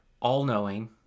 all-knowing